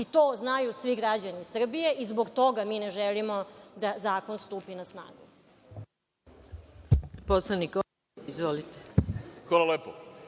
i to znaju svi građani Srbije i zbog toga mi ne želimo da zakon stupi na snagu.